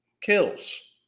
kills